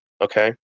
okay